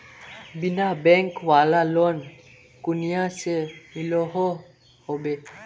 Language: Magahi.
बिना बैंक वाला लोन कुनियाँ से मिलोहो होबे?